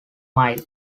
mile